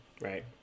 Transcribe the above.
Right